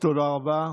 תודה רבה.